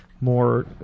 more